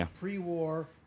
pre-war